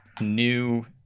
new